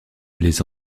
les